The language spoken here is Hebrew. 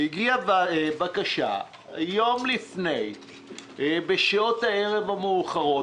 הגיעה בקשה יום לפני בשעות הערב המאוחרות,